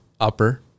upper